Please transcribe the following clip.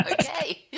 Okay